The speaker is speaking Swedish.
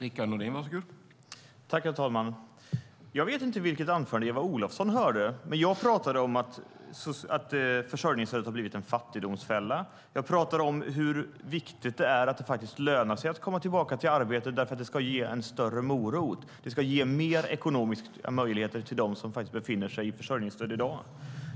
Herr talman! Jag vet inte vilket anförande Eva Olofsson hörde. Jag pratade om att försörjningsstöd har blivit en fattigdomsfälla. Jag pratade om hur viktigt det är att det lönar sig att komma tillbaka till arbete, för det ska bli en större morot. Det ska ge fler ekonomiska möjligheter till dem som faktiskt befinner sig i försörjningsstöd i dag.